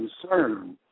concerned